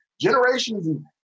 generations